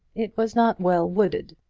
it was not well wooded.